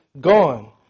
gone